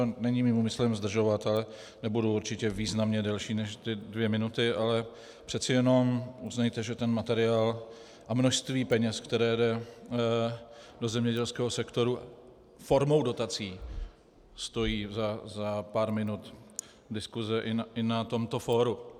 Není mým úmyslem zdržovat, ale nebudu určitě významně delší než ty dvě minuty, ale přece jenom uznejte, že ten materiál a množství peněz, které jde do zemědělského sektoru formou dotací, stojí za pár minut diskuse i na tomto fóru.